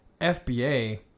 FBA